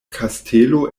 kastelo